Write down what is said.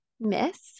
Miss